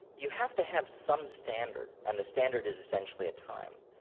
you have to have some standard, and the standard is essentially a time,